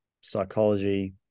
psychology